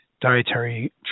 dietary